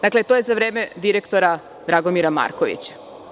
Dakle, to je za vreme direktora Dragomira Markovića.